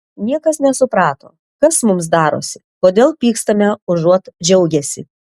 niekas nesuprato kas mums darosi kodėl pykstame užuot džiaugęsi